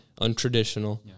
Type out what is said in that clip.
untraditional